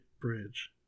bridge